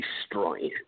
destroying